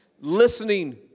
listening